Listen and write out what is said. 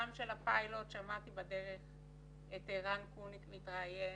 גם של הפיילוט, שמעתי בדרך את רן קוניק מתראיין,